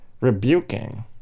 rebuking